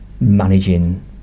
managing